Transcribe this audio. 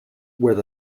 where